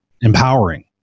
empowering